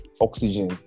oxygen